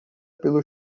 pelo